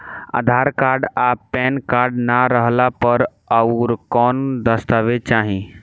आधार card आ PAN card ना रहला पर अउरकवन दस्तावेज चली?